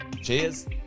Cheers